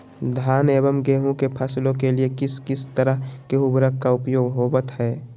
धान एवं गेहूं के फसलों के लिए किस किस तरह के उर्वरक का उपयोग होवत है?